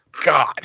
God